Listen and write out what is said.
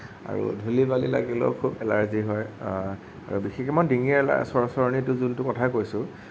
আৰু ধূলি বালি লাগিলেও খুব এলাৰ্জী হয় আৰু বিশেষকৈ মই ডিঙিৰ চৰ্চৰনী যোনটোৰ কথা কৈছোঁ